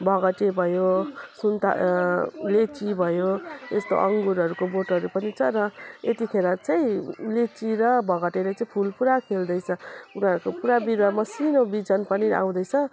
भोगटे भयो सुन्त लिची भयो यस्तो अङ्गुरहरूको बोटहरू पनि छ र यतिखेर चाहिँ लिची र भोगटे चाहिँ फुल पुरा खिल्दैछ उनीहरूको पुरा बिरुवा मसिनो बिजन पनि आउँदैछ